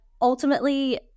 ultimately